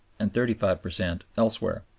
and thirty five per cent elsewhere.